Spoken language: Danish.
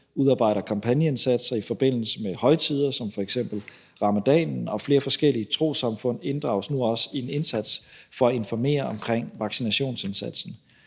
udarbejder kampagneindsatser i forbindelse med højtider som f.eks. ramadanen, og flere forskellige trossamfund inddrages nu også i en indsats for at informere om vaccinationsindsatsen.